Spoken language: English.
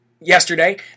yesterday